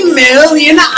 million